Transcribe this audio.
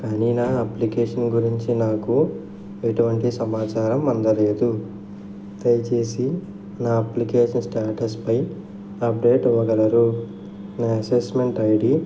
కానీ నా అప్లికేషన్ గురించి నాకు ఎటువంటి సమాచారం అందలేదు దయచేసి నా అప్లికేషన్ స్టేటస్పై అప్డేట్ ఇవ్వగలరు నా అసెస్మెంట్ ఐడీ